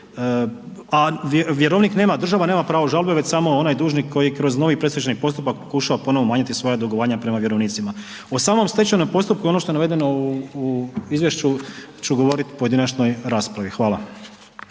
a vjerovnik nema, država nema pravo žalbe već samo onaj dužnik koji kroz novi predstečajni postupak pokušava ponovo umanjiti svoja dugovanja prema vjerovnicima. O samom stečajnom postupku i ono što je navedeno u, u izvješću ću govorit u pojedinačnoj raspravi. Hvala.